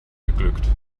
geglückt